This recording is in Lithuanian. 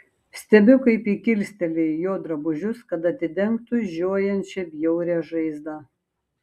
stebiu kaip ji kilsteli jo drabužius kad atidengtų žiojančią bjaurią žaizdą